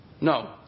No